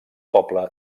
poble